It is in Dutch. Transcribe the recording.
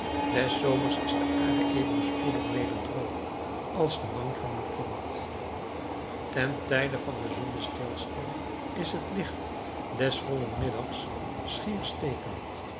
des zomers is de aarde even spoedig weder droog als de wang van een kind ten tijde van den zonnestilstand is het licht des vollen middags schier stekend